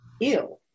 Ew